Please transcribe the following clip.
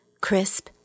crisp